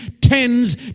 tens